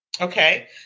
okay